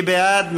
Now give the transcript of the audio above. מי בעד?